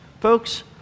Folks